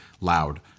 loud